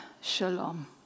shalom